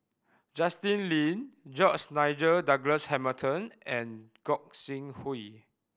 Justin Lean George Nigel Douglas Hamilton and Gog Sing Hooi